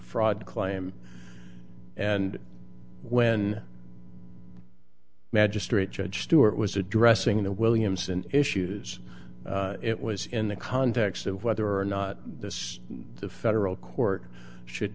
fraud claim and when magistrate judge stewart was addressing the williamson issues it was in the context of whether or not this the federal court should